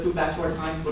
back to our time,